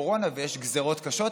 קורונה ויש גזרות קשות,